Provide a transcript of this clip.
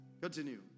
Continue